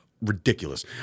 ridiculous